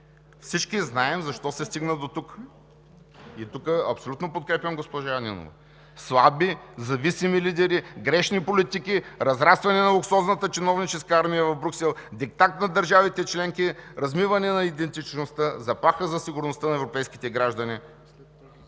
Всички знаем защо се стигна дотук. И тук напълно подкрепям госпожа Нинова – слаби, зависими лидери, грешни политики, разрастване на луксозната чиновническа армия в Брюксел, диктат на държавите членки, размиване на идентичността, заплаха за сигурността на европейските граждани.